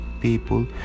people